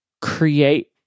create